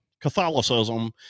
catholicism